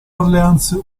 orleans